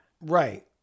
Right